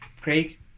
craig